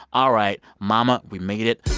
all right. momma, we made it.